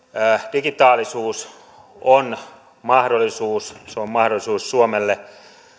digitaalisuus on mahdollisuus se on mahdollisuus suomelle